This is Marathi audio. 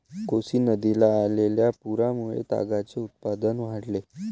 कोसी नदीला आलेल्या पुरामुळे तागाचे उत्पादन वाढले